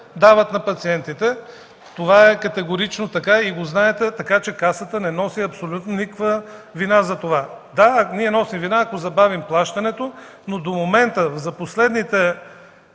дават на пациентите. Това е категорично така и го знаете, така че Касата не носи абсолютно никаква вина за това. Да, ние носим вина, ако забавим плащането. Но до момента, за последните